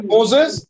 Moses